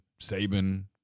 Saban